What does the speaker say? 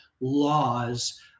laws